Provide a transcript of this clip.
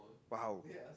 !wow!